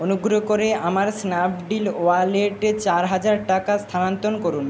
অনুগ্রহ করে আমার স্ন্যাপডিল ওয়ালেটে চার হাজার টাকা স্থানান্তর করুন